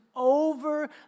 Over